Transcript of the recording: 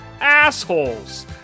assholes